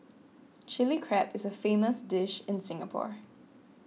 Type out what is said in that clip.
Chilli Crab is a famous dish in Singapore